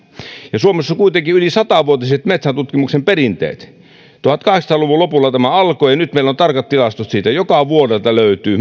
suomessa on kuitenkin yli satavuotiset metsäntutkimuksen perinteet tuhatkahdeksansataa luvun lopulla tämä alkoi ja nyt meillä on tarkat tilastot siitä joka vuodelta löytyy